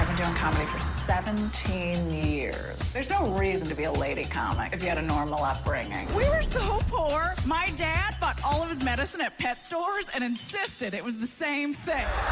doing comedy for seventeen years. there's no reason to be a lady comic if you had a normal upbringing. we were so poor, my dad bought all of his medicine at pet stores and insisted it was the same thing.